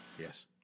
yes